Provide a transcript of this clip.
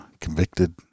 convicted